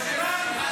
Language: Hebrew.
זו הארץ שלנו.